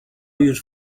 już